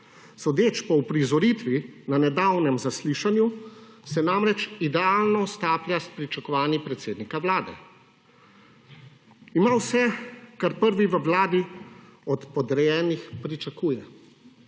Sodeč po uprizoritvi na nedavnem zaslišanju se namreč idealno staplja s pričakovanji predsednika Vlade. Ima vse, kar prvi v Vladi od podrejenih pričakuje.